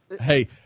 Hey